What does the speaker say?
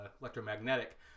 electromagnetic